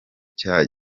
cya